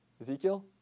Ezekiel